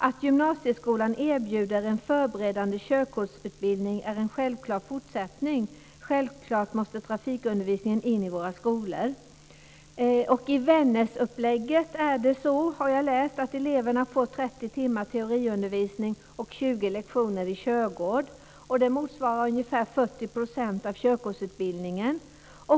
Att gymnasieskolan erbjuder en förberedande körkortsutbildning är en självklar fortsättning. Självklart måste trafikundervisningen in i våra skolor." Jag har läst att i Vännäs får eleverna 30 timmar teoriundervisning och 20 lektioner i körgård. Det motsvarar ungefär 40 % av körkortsutbildningen.